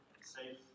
safe